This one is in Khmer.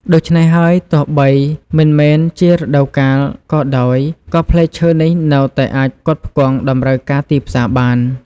ដូច្នេះហើយ ទោះបីមិនមែនជារដូវកាលក៏ដោយ ក៏ផ្លែឈើនេះនៅតែអាចផ្គត់ផ្គង់តម្រូវការទីផ្សារបាន។